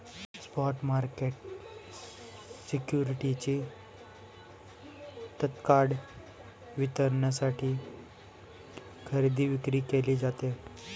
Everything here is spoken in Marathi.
स्पॉट मार्केट सिक्युरिटीजची तत्काळ वितरणासाठी खरेदी विक्री केली जाते